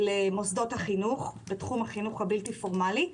למוסדות החינוך בתחום החינוך הבלתי פורמלי.